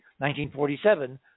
1947